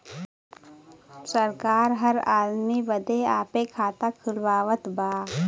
सरकार हर आदमी बदे आपे खाता खुलवावत बा